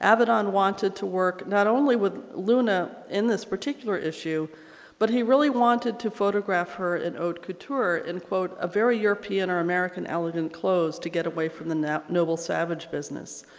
avedon wanted to work not only with luna in this particular issue but he really wanted to photograph her in haute couture and quote a very european or american elegant clothes to get away from the noble savage business.